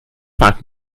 vaak